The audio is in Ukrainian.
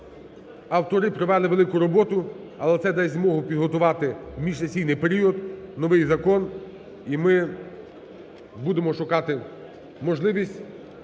Автори провели велику роботу, але це дасть змогу підготувати в міжсесійний період новий закон і ми будемо шукати можливість,